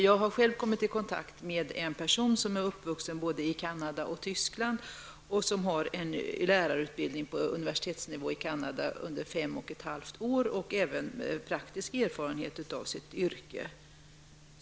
Jag har själv kommit i kontakt med en person som är uppvuxen både i Canada och i Tyskland och som har en lärarutbildning på universitetsnivå i Canada omfattande fem och ett halvt år och även praktisk erfarenhet av sitt yrke.